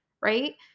right